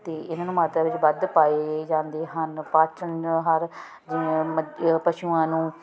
ਅਤੇ ਇਹਨਾਂ ਨੂੰ ਮਾਤਰਾ ਵਿੱਚ ਵੱਧ ਪਾਏ ਜਾਂਦੇ ਹਨ ਪਾਚਣਹਾਰ ਜਿਵੇਂ ਮੱਝੀ ਅ ਪਸ਼ੂਆਂ ਨੂੰ